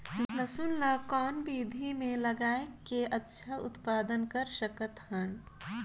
लसुन ल कौन विधि मे लगाय के अच्छा उत्पादन कर सकत हन?